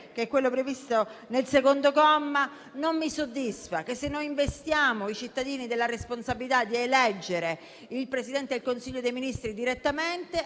che è quanto previsto nel secondo comma, non mi soddisfa. Se noi investiamo i cittadini della responsabilità di eleggere direttamente il Presidente del Consiglio dei ministri,